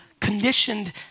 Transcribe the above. conditioned